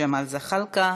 ג'מאל זחאלקה,